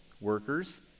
workers